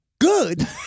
good